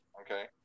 okay